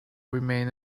remain